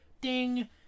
ding